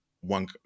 one